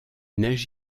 neiges